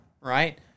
right